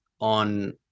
on